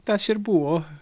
tas ir buvo